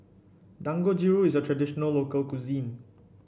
dangojiru is a traditional local cuisine